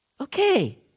Okay